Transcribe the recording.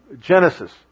Genesis